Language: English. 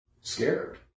scared